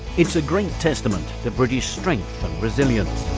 it's a great testament to british strength and resilience.